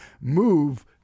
move